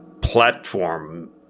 platform